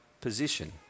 position